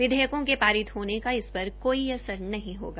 विधेयकों के पारित होने से इस पर कोई असर नहीं होगा